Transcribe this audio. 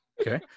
Okay